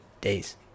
days